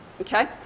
Okay